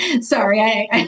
sorry